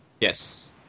Yes